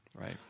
right